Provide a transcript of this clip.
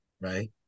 right